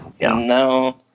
No